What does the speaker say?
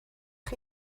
chi